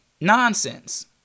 nonsense